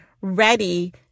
ready